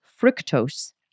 fructose